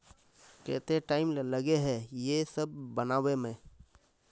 केते टाइम लगे है ये सब बनावे में?